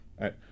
right